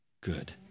good